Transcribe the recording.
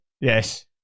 Yes